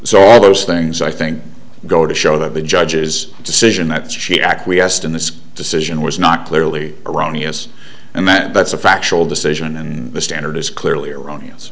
so all those things i think go to show that the judge's decision that she acquiesced in the decision was not clearly erroneous and that that's a factual decision and the standard is clearly erroneous